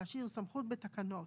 להשאיר סמכות בתקנות